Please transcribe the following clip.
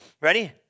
Ready